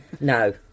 No